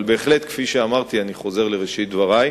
אבל בהחלט, כפי שאמרתי, ואני חוזר לראשית דברי,